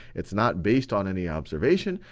it's not based on any observation,